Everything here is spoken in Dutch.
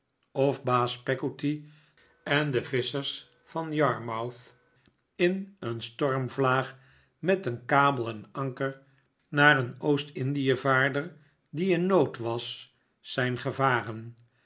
of baas peggotty en de visschers van yarmouth in een stormvlaag met een kabel en anker naar een oost indievaarder die in nood was zijn gevaren